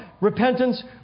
repentance